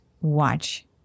watch